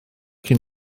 cyn